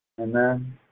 Amen